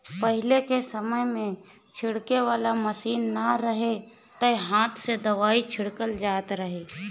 पहिले के समय में छिड़के वाला मशीन ना रहे त हाथे से ही दवाई छिड़कल जात रहे